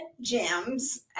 gems